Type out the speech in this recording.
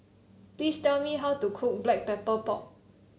please tell me how to cook Black Pepper Pork